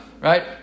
right